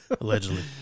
Allegedly